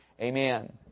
Amen